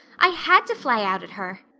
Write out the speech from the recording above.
i had to fly out at her.